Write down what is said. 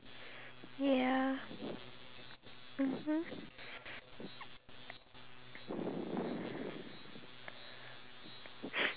we don't really there's not much humanity in us if we tend to complain about the food as much